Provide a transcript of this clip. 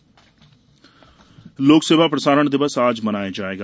लोक प्रसारण दिवस लोक सेवा प्रसारण दिवस आज मनाया जाएगा